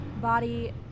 body